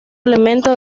elemento